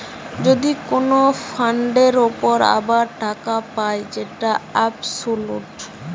যদি কোন ফান্ডের উপর আবার টাকা পায় যেটা অবসোলুট